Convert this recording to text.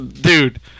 dude